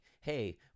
hey